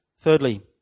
Thirdly